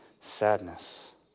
sadness